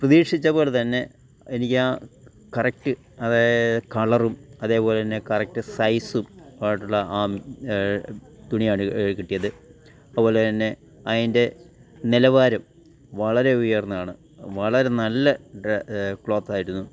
പ്രതീക്ഷിച്ച പോലെ തന്നെ എനിക്ക് ആ കറക്റ്റ് അതേ കളറും അതേപോലെത്തന്നെ കറക്റ്റ് സൈസും ആയിട്ടുള്ള ആ തുണിയാണ് കിട്ടിയത് അതുപോലെത്തന്നെ അതിൻ്റെ നിലവാരം വളരെ ഉയർന്നതാണ് വളരെ നല്ല ക്ലോത്ത് ആയിരുന്നു